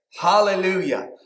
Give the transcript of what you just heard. Hallelujah